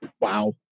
Wow